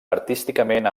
artísticament